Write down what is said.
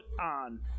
on